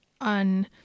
on